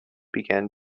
began